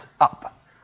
up